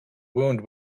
wound